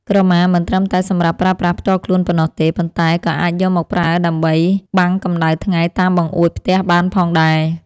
ក្រមាមិនត្រឹមតែសម្រាប់ប្រើប្រាស់ផ្ទាល់ខ្លួនប៉ុណ្ណោះទេប៉ុន្តែក៏អាចយកមកប្រើដើម្បីបាំងកម្តៅថ្ងៃតាមបង្អួចផ្ទះបានផងដែរ។